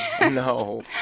no